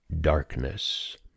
darkness